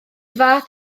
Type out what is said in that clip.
fath